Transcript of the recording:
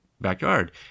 backyard